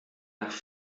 nach